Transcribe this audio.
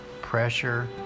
pressure